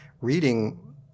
reading